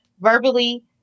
verbally